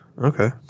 Okay